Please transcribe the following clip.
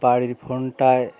বাড়ির ফোনটায়